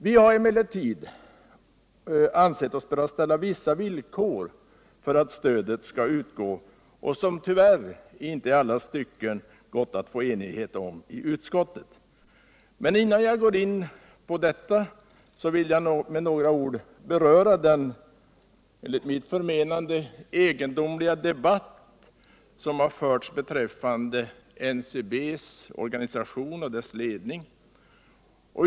Vi har emellertid ansett oss böra ställa vissa villkor för att stödet skall utgå, något som det tyvärr inte i alla stycken gått att få enighet om i utskottet. Men innan jag går in på detta, vill jag med några ord beröra den enligt mitt förmenande något egendomliga debatt som har förts beträffande NCB:s organisation och dess ledning.